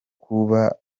kuba